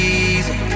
easy